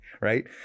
Right